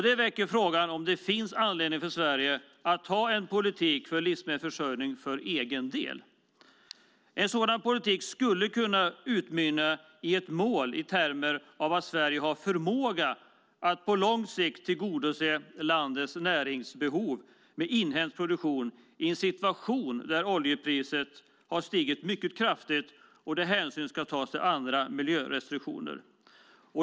Det väcker frågan om det finns anledning för Sverige att ha en politik för livsmedelsförsörjning för egen del. En sådan politik skulle kunna utmynna i ett mål i termer av att Sverige har förmåga att på lång sikt tillgodose landets näringsbehov med inhemsk produktion i en situation där oljepriset har stigit mycket kraftigt och där hänsyn tas till andra miljörestriktioner.